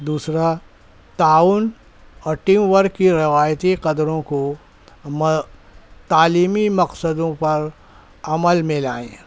دوسرا تعاون اور ٹیم ورک کی روایتی قدروں کو تعلیمی مقصدوں پر عمل میں لائیں